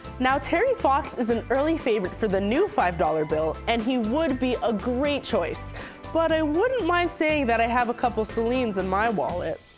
now, terry fox is an early favourite for the new five dollar bill and he would be a great choice but i wouldn't mind saying that i have a couple celine's in my wallet.